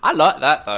i like that though.